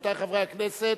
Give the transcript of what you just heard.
רבותי חברי הכנסת,